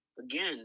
again